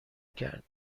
کرد